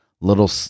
little